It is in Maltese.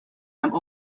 hemm